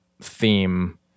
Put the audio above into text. theme